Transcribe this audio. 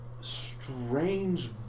strange